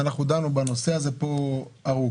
אנחנו דנו בנושא הזה פה ארוכות